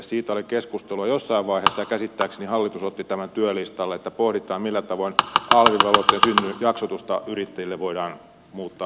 siitä oli keskustelua jossain vaiheessa ja käsittääkseni hallitus otti tämän työlistalle että pohditaan millä tavoin alv velvoitteen synnyn jaksotusta yrittäjille voidaan muuttaa